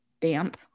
damp